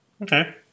Okay